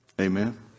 amen